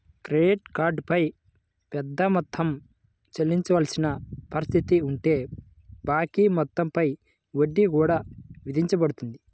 credit card పై పెద్ద మొత్తం చెల్లించవలసిన పరిస్థితి ఉంటే బాకీ మొత్తం పై వడ్డీ కూడా విధించబడుతుంది